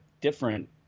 different